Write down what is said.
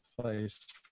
place